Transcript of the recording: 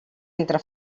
entre